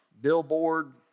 billboard